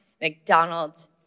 mcdonald's